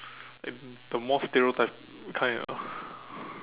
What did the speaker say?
like the more stereotype kind ah